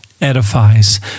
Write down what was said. edifies